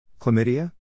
Chlamydia